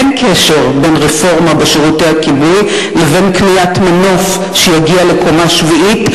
אין קשר בין רפורמה בשירותי הכיבוי לבין קניית מנוף שיגיע לקומה שביעית,